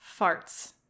farts